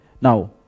Now